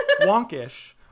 wonkish